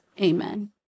amen